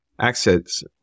access